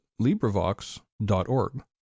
LibriVox.org